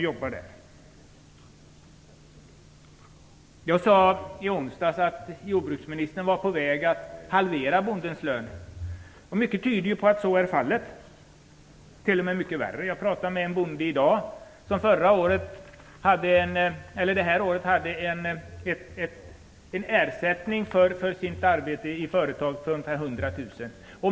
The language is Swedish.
Jag sade i onsdags att jordbruksministern var på väg att halvera bondens lön. Mycket tyder på att så är fallet, det är t.o.m. mycket värre. Jag talade med en bonde i dag som innevarande år hade en ersättning för sitt arbete i företaget på ungefär 100 000.